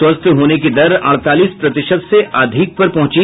स्वस्थ होने की दर अड़तालीस प्रतिशत से अधिक पर पहुंची